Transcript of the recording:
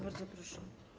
Bardzo proszę.